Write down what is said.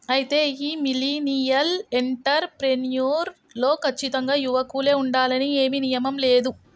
అయితే ఈ millennial entrepreneur లో కచ్చితంగా యువకులే ఉండాలని ఏమీ నియమం లేదు